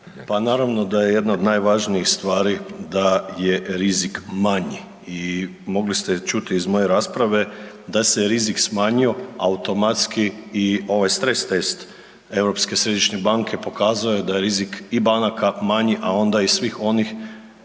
Pa naravno da je jedna od najvažnijih stvari da je rizik manji i mogli ste čuti iz moje rasprave da se rizik smanjio i automatski ovaj stres test Europske središnje banke pokazao je da je i rizik banaka manji, a onda i svih onih